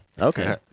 okay